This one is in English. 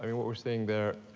i mean what we're seeing there,